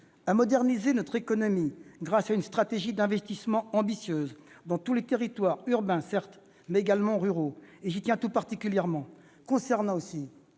à moderniser notre économie grâce à une stratégie d'investissement ambitieuse dans tous les territoires urbains, certes, mais également ruraux. J'y tiens tout particulièrement. Les territoires